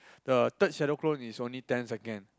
the third shadow clone is only ten second